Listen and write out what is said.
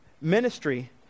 ministry